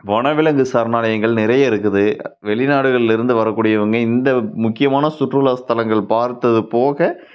வனவிலங்கு சரணாலாயங்கள் நிறைய இருக்குது வெளிநாடுகளில் இருந்து வர கூடியவங்க இந்த முக்கியமான சுற்றுலாஸ்தலங்கள் பார்த்தது போக